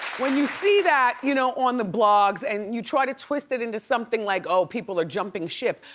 when you see that you know on the blogs and you try to twist it into something like, oh, people are jumping ship,